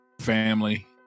family